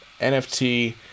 NFT